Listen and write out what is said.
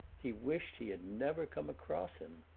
he wished he had never come across him.